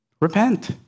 Repent